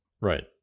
Right